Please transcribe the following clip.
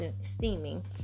steaming